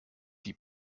die